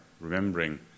remembering